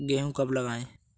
गेहूँ कब लगाएँ?